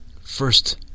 first